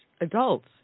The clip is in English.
adults